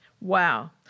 Wow